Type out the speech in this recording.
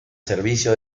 servicio